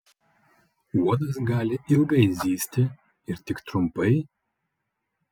uodas gali ilgai zyzti ir tik trumpai